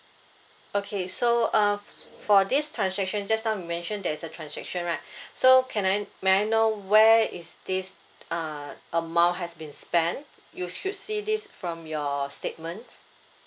okay so uh for this transaction just now you mention there's a transaction right so can I may I know where is this uh amount has been spent you should see this from your statement